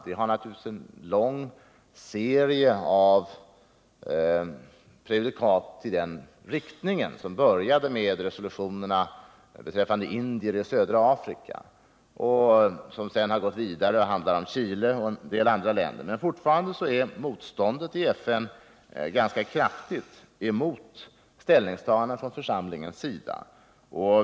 Det finns naturligtvis en lång serie av prejudikat i den riktningen, som började med resolutionerna beträffande indier i södra Afrika och som sedan gått vidare och handlar om Chile och en del andra länder. Men fortfarande är motståndet i FN ganska kraftigt mot ställningstaganden från församlingens sida.